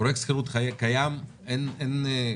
פרויקט שכירות קיים, אין משמעות